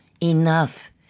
Enough